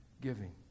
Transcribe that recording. giving